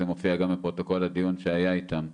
זה מופיע גם בפרוטוקול הדיון שהיה איתם,